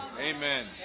Amen